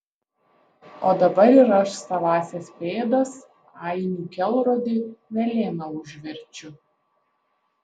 o dabar ir aš savąsias pėdas ainių kelrodį velėna užverčiu